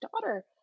daughter